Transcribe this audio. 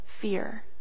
fear